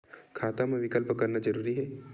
खाता मा विकल्प करना जरूरी है?